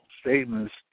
statements